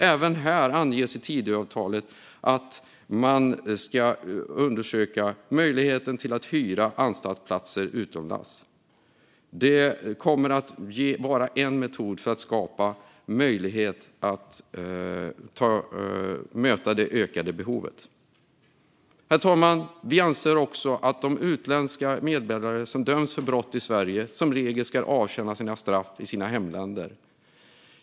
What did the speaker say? Även här anges i Tidöavtalet att man ska undersöka möjligheten att hyra anstaltsplatser utomlands. Det kommer att vara en metod för att skapa möjlighet att möta det ökade behovet. Herr talman! Vi anser också att utländska medborgare som döms för brott i Sverige som regel ska avtjäna sina straff i sina hemländer.